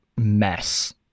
mess